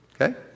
Okay